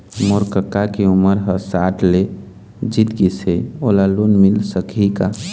मोर कका के उमर ह साठ ले जीत गिस हे, ओला लोन मिल सकही का?